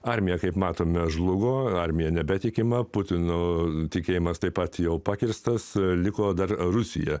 armiją kaip matome žlugo armija nebetikima putino tikėjimas taip pat jau pakirstas liko dar rusija